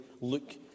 look